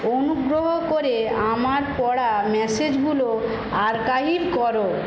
অনুগ্রহ করে আমার পড়া ম্যাসেজগুলো আর্কাইভ করো